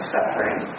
Suffering